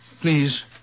please